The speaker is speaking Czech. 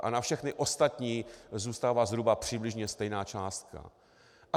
A na všechny ostatní zůstává zhruba přibližně stejná částka.